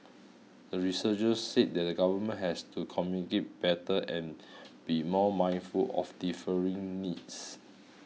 the researchers said that the government has to communicate better and be more mindful of differing needs